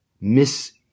Miss